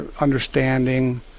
understanding